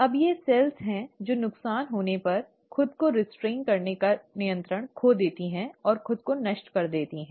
अब ये कोशिकाएं हैं जो नुकसान होने पर खुद को संयमित करने का नियंत्रण खो देती हैं और खुद को नष्ट कर लेती हैं